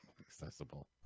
Accessible